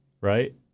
Right